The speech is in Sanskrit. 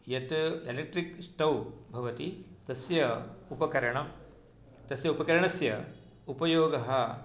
यत् इलेक्ट्रिक् स्टव् भवति तस्य उपकरणम् तस्य उपकरणस्य उपयोगः